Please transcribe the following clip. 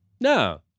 No